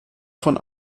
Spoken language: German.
von